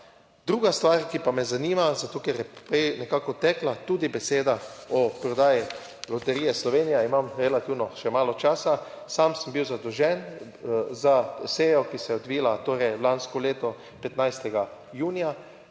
Druga stvar, ki pa me zanima, zato ker je prej nekako tekla tudi beseda o prodaji Loterije Slovenija - imam relativno še malo časa. Sam sem bil zadolžen za sejo, ki se je odvila torej lansko leto 15. junija,